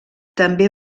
també